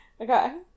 Okay